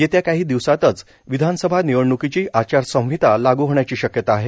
येत्या काही दिवसातच विधानसभा निवडण्कीची आचारसंहिता लागू होण्याची शक्यता आहे